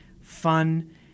fun